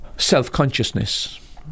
self-consciousness